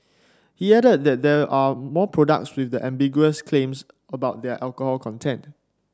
he added that there are more products with ambiguous claims about their alcohol content